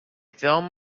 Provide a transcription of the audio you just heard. film